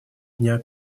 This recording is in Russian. дня